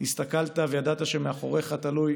הסתכלת וידעת שמאחוריך תלוי